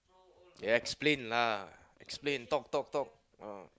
explain lah explain talk talk talk ah